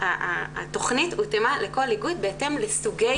התכנית הותאמה לכל איגוד בהתאם לסוגי